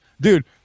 dude